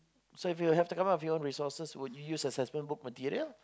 so if you have to come up with your own resources would you use assessment book material